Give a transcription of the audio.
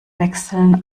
wechselten